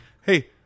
Hey